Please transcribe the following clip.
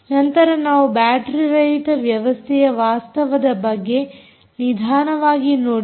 ನಂತರ ನಾವು ಬ್ಯಾಟರೀ ರಹಿತ ವ್ಯವಸ್ಥೆಯ ವಾಸ್ತವದ ಬಗ್ಗೆ ನಿಧಾನವಾಗಿ ನೋಡಿದೆವು